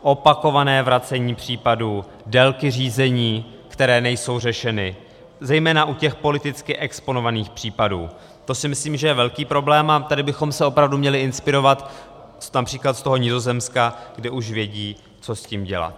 Opakované vracení případů, délky řízení, které nejsou řešeny zejména u těch politicky exponovaných případů, to si myslím, že je velký problém, a tady bychom se opravdu měli inspirovat například z toho Nizozemska, kde už vědí, co s tím dělat.